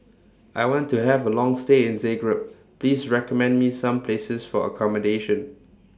I want to Have A Long stay in Zagreb Please recommend Me Some Places For accommodation